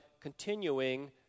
continuing